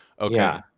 Okay